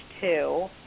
two